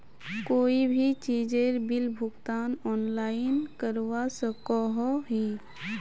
कोई भी चीजेर बिल भुगतान ऑनलाइन करवा सकोहो ही?